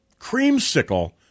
creamsicle